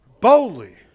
boldly